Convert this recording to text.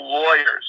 lawyers